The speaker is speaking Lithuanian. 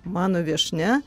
mano viešnia